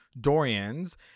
Dorian's